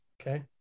Okay